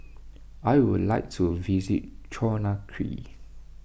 I would like to visit Conakry